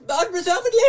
unreservedly